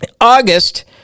August